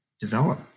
develop